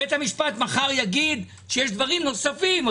בית המשפט מחר יגיד שיש דברם נוספים.